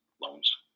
loans